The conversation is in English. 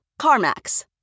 CarMax